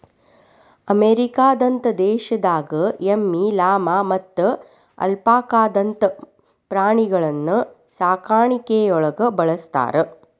ಅಮೇರಿಕದಂತ ದೇಶದಾಗ ಎಮ್ಮಿ, ಲಾಮಾ ಮತ್ತ ಅಲ್ಪಾಕಾದಂತ ಪ್ರಾಣಿಗಳನ್ನ ಸಾಕಾಣಿಕೆಯೊಳಗ ಬಳಸ್ತಾರ